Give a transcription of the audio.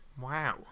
Wow